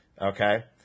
Okay